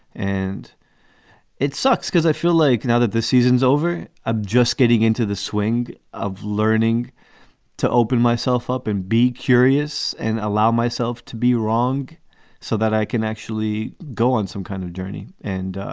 and it sucks because i feel like now that the season's over, ah just getting into the swing of learning to open myself up and be curious and allow myself to be wrong so that i can actually go on some kind of journey and.